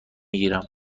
گیرم